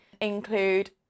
include